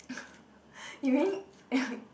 you mean